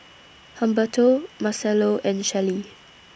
Humberto Marcelo and Shelli